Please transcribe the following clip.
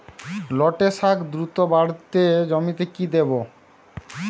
লটে শাখ দ্রুত বাড়াতে জমিতে কি দেবো?